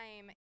time